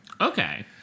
Okay